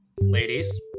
ladies